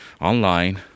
online